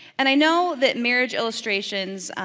and i know that marriage illustrations,